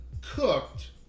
cooked